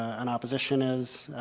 an opposition is?